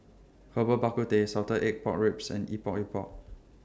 Herbal Bak Ku Teh Salted Egg Pork Ribs and Epok Epok